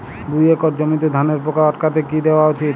দুই একর জমিতে ধানের পোকা আটকাতে কি দেওয়া উচিৎ?